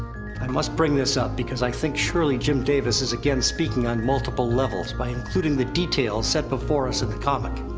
i must bring this up. because i think surely jim davis is again speaking on multiple levels by including the details set before us in the comic.